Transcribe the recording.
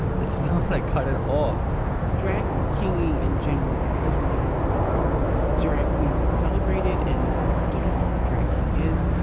that's not like right at all drag king in general because we live in a world where drag queens are celebrated and people still don't know what a drag king is.